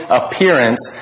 appearance